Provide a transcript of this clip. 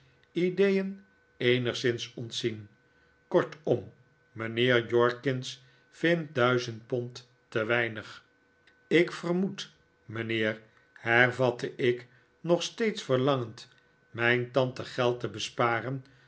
ideeen eenigszins ontzien kortom mijnheer jorkins vindt duizend pond te weinig ik vermoed mijnheer hervatte ik nog steeds verlangend mijn tante geld te besparen